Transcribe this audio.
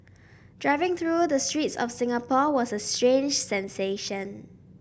driving through the streets of Singapore was a strange sensation